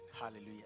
hallelujah